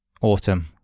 autumn